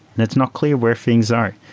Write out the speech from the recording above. and it's not clear where things are.